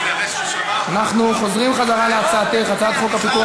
אנחנו חוזרים להצעתך: הצעת חוק הפיקוח